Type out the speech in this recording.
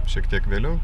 šiek tiek vėliau